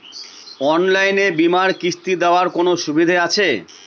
অনলাইনে বীমার কিস্তি দেওয়ার কোন সুবিধে আছে?